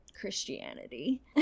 christianity